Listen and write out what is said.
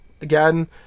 Again